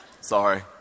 Sorry